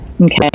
Okay